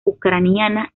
ucraniana